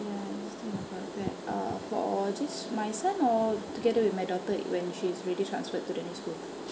ya I understand about that uh for just my son or together with my daughter it when she's already transferred to new school